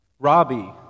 Robbie